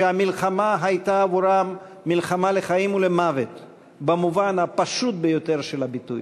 שהמלחמה הייתה עבורם מלחמה לחיים ולמוות במובן הפשוט ביותר של הביטוי.